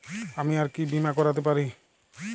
আমি আর কি বীমা করাতে পারি?